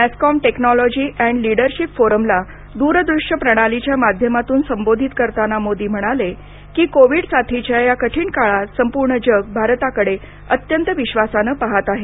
NASSCOM technology and leadership फोरमला दूरदृश्य प्रणालीच्या माध्यमातून संबोधित करताना मोदी म्हणाले की कोविड साथीच्या या कठीण काळात संपूर्ण जग भारताकडे अत्यंत विश्वासानं पाहत आहे